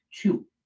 two